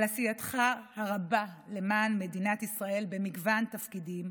על עשייתך הרבה למען מדינת ישראל במגוון תפקידים,